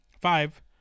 five